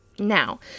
Now